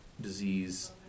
disease